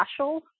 Ashel